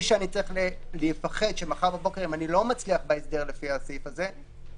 שאני צריך לפחד שאם מחר בבוקר אני לא מצליח בהסדר לפי הסעיף הזה,